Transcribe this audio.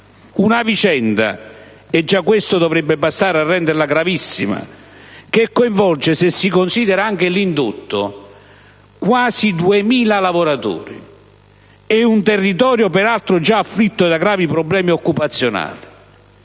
una vicenda - e già questo dovrebbe bastare a renderla gravissima - che coinvolge, se si considera anche l'indotto, quasi 2.000 lavoratori e un territorio peraltro già afflitto da gravi problemi occupazionali.